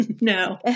No